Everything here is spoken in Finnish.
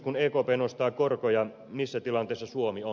kun ekp nostaa korkoja missä tilanteessa suomi on